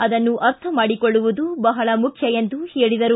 ಅದನ್ನು ಅರ್ಥ ಮಾಡಿಕೊಳ್ಳುವುದು ಬಹಳ ಮುಖ್ಯ ಎಂದು ಹೇಳಿದರು